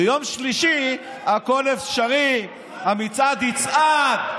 ביום שלישי הכול אפשרי, המצעד יצעד.